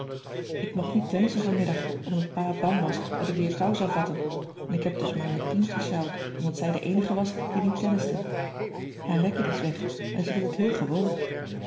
ik mocht niet tennissen vanmiddag omdat pa bang was dat ik weer kou zou vatten en k heb dus maar met pien gesjouwd omdat zij de eenige was die niet tenniste haar racket is weg en ze vindt het heel gewoon